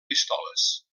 pistoles